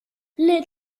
les